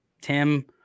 Tim